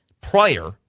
prior